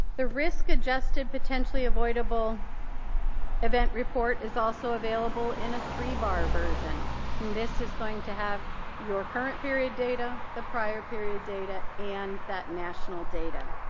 the risk-adjusted potentially avoidable event report is also available in a three-bar version. and this is going to have your current period data, the prior period data, and that national data.